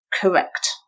correct